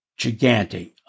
Gigante